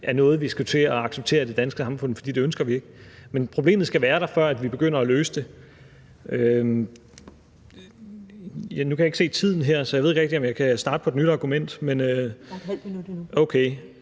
er noget, vi skal til at acceptere i det danske samfund, for det ønsker vi ikke. Men problemet skal være der, før vi begynder at løse det. Nu kan jeg ikke se tiden her, så jeg ved ikke rigtig, om jeg kan starte på et nyt argument. (Første næstformand